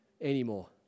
anymore